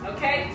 Okay